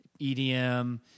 EDM